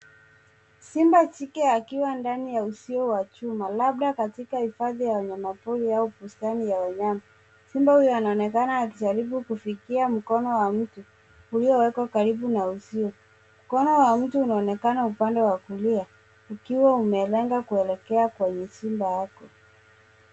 Simba jike akiwa ndani ya uzio wa chuma labda katika hifadhi ya wanyamapori au bustani ya wanyama. Simba huyo anaonekana akijaribu kufikia mkono wa mtu uliowekwa karibu na uzio. Mkono wa mtu unaonekana upande wa kulia ukiwa umelenga kuelekea kwenye simba ako.